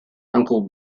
uncle